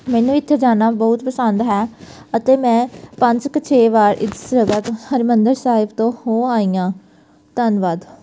ਮੈਨੂੰ ਇੱਥੇ ਜਾਣਾ ਬਹੁਤ ਪਸੰਦ ਹੈ ਅਤੇ ਮੈਂ ਪੰਜ ਕ ਛੇ ਵਾਰ ਇਸ ਜਗ੍ਹਾ ਤੋਂ ਹਰਿਮੰਦਰ ਸਾਹਿਬ ਤੋਂ ਹੋ ਆਈ ਹਾਂ ਧੰਨਵਾਦ